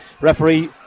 Referee